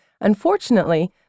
Unfortunately